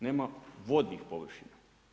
Nema vodnih površina.